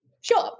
Sure